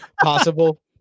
possible